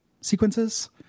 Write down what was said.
sequences